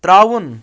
ترٛاوُن